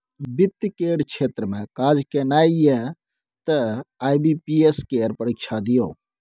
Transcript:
वित्त केर क्षेत्र मे काज केनाइ यै तए आई.बी.पी.एस केर परीक्षा दियौ